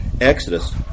Exodus